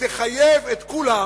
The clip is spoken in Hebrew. תחייב את כולם,